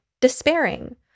despairing